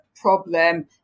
problem